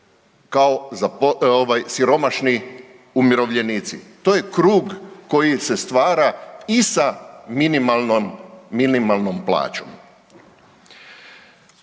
kao siromašni umirovljenici. To je krug koji se stvara i sa minimalnom,